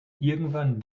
irgendwann